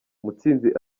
mutsinzi